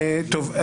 תודה רבה,